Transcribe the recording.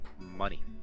Money